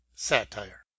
Satire